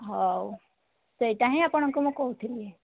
ହେଉ ସେଇଟା ହିଁ ଆପଣଙ୍କୁ ମୁଁ କହୁଥିଲି